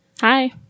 Hi